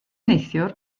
neithiwr